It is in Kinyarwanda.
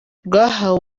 rwahawe